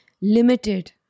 limited